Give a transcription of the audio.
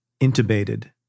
intubated